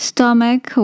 Stomach